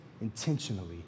intentionally